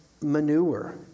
manure